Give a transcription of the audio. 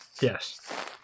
Yes